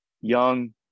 young